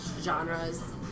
genres